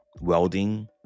welding